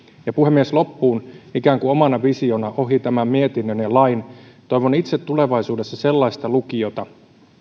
ja puhemies loppuun ikään kuin omana visiona ohi tämän mietinnön ja lain toivon itse tulevaisuudessa sellaista lukiota